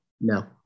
no